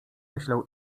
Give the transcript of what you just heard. myślał